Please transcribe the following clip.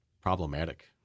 problematic